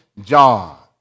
John